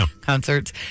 concerts